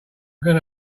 going